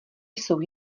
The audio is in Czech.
jsou